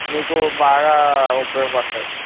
మీకు బాగా ఉపయోగపడతాయి